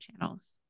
channels